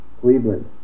Cleveland